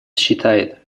считает